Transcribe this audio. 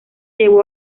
llevó